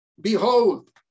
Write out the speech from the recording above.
Behold